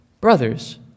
Brothers